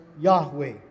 Yahweh